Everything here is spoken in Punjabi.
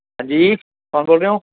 ਹਾਂਜੀ ਕੌਣ ਬੋਲ ਰਹੇ ਹੋ